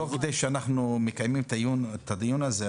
תוך כדי שאנחנו מקיימים את הדיון הזה,